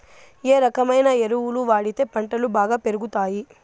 ఏ రకమైన ఎరువులు వాడితే పంటలు బాగా పెరుగుతాయి?